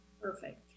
Perfect